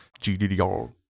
GDDR